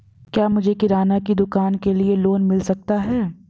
क्या मुझे किराना की दुकान के लिए लोंन मिल सकता है?